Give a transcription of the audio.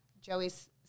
joey's